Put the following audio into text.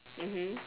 mmhmm